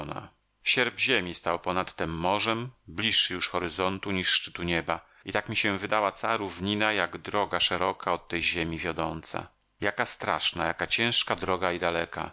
sierp ziemi stał ponad tem morzem bliższy już horyzontu niż szczytu nieba i tak mi się wydała cała równina jak droga szeroka od tej ziemi wiodąca jaka straszna jaka ciężka droga i daleka